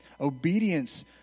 Obedience